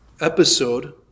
episode